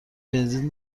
بنزین